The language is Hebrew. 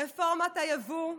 רפורמת היבוא,